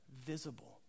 visible